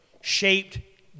shaped